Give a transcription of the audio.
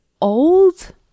old